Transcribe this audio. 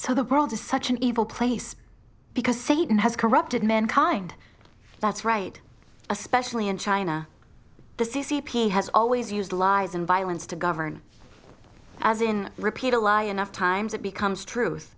so the world is such an evil place because satan has corrupted men kind that's right especially in china the c c p has always used lies and violence to govern as in repeat a lie enough times it becomes truth